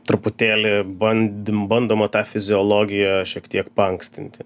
truputėlį bandym bandoma tą fiziologiją šiek tiek paankstinti